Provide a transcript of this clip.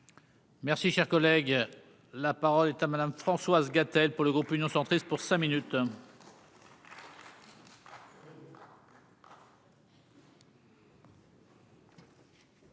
Merci, cher collègue, la parole est à madame Françoise Gatel pour le groupe Union centriste pour cinq minutes.